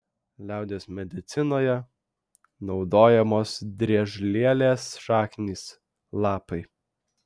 liaudies medicinoje naudojamos driežlielės šaknys lapai